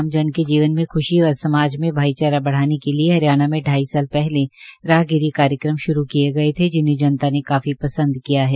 आमजन के जीवन में ख्शी व समाज में भाईचारा बढ़ाने के लिए ही हरियाणा में ढ़ाई साल पहले राहगिरी कार्यक्रम शुरू किए गए थे जिन्हें जनता ने काफी पसंद किया है